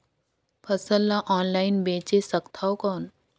फसल ला ऑनलाइन बेचे सकथव कौन?